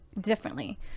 differently